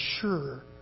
sure